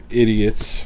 idiots